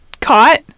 caught